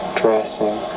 dressing